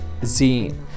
zine